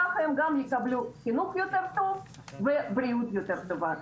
כך הם גם יקבלו חינוך יותר טוב ובריאות יותר טובה.